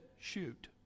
Shoot